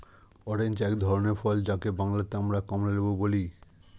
orange এক ধরনের ফল যাকে বাংলাতে আমরা কমলালেবু বলি